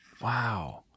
Wow